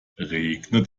regnet